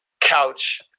couch